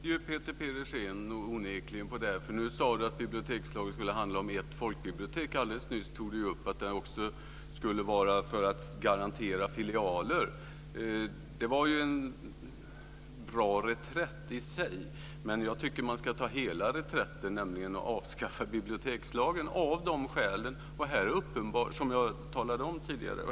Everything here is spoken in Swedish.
Fru talman! Nu gled onekligen Peter Pedersen på det här, för han sade att bibliotekslagen skulle handla om ett folkbibliotek. Alldeles nyss sade han att lagen också skulle garantera filialer. Det var en bra reträtt i sig. Men jag tycker att man ska ta hela reträtten, nämligen att avskaffa bibliotekslagen, av de skäl som jag talade om tidigare.